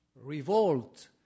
revolt